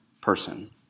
person